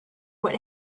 what